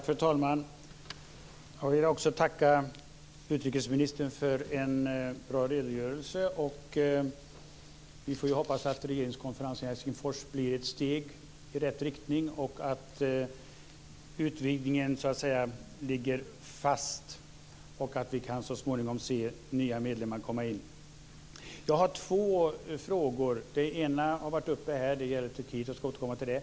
Fru talman! Jag vill tacka utrikesministern för en bra redogörelse. Vi får hoppas att regeringskonferensen i Helsingfors blir ett steg i rätt riktning och att utvidgningen ligger fast så att vi så småningom kan se nya medlemmar komma in. Jag har två frågor. Den ena har varit uppe här. Den gäller Turkiet, och jag ska återkomma till den.